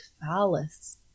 phallus